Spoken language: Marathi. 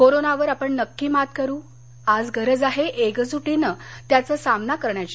कोरोनावर आपण नक्की मात करू आज गरज आहे एकजुटीनं त्याचा सामना करण्याची